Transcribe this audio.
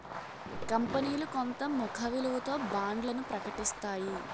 కంపనీలు కొంత ముఖ విలువతో బాండ్లను ప్రకటిస్తాయి